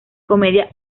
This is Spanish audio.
comedia